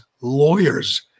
lawyers